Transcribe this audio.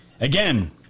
Again